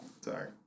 Sorry